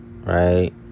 right